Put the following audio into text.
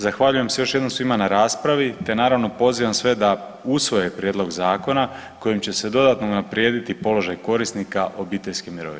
Zahvaljujem se još jednom svima na raspravi, te naravno pozivam sve da usvoje prijedlog zakona kojim će se dodatno unaprijediti položaj korisnika obiteljske mirovine.